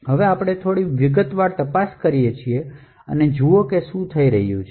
હવે આપણે થોડી વિગતવાર તપાસ કરી શકીએ છીએ અને જુઓ કે શું થઈ રહ્યું છે